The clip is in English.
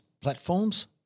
platforms